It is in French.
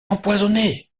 empoisonné